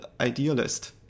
idealist